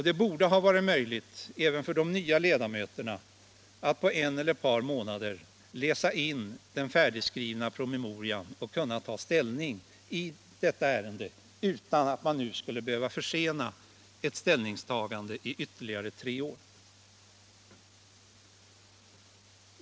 Det borde ha varit möjligt även för de nya ledamöterna att på en eller ett par månader läsa in den färdigskrivna promemorian och kunna ta ställning i detta ärende utan att man skulle behöva försena ett ställningstagande i ytterligare tre år.